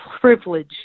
privilege